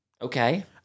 okay